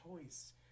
choice